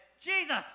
Jesus